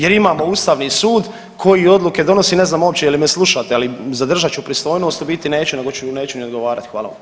Jer imamo Ustavni sud koji odluke donosi, ne znam uopće je li me slušate, ali zadržat ću pristojnost, u biti neću nego neću ni odgovarati.